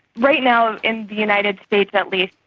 right now, in the united states at least,